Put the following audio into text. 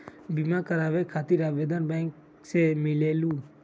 बिमा कराबे खातीर आवेदन बैंक से मिलेलु?